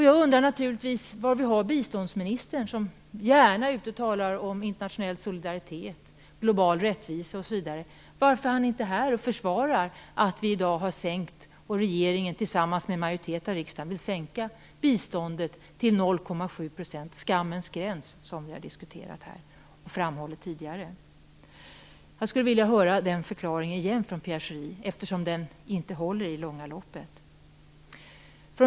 Jag undrar naturligtvis var vi har biståndsministern, som gärna är ute och talar om internationell solidaritet, global rättvisa osv. Varför är han inte här och försvarar att regeringen tillsammans med en majoritet av riksdagen vill sänka biståndet till 0,7 %? Det är skammens gräns som vi har diskuterat och framhållit tidigare. Jag skulle vilja höra Pierre Schoris förklaring igen. Den håller inte i det långa loppet.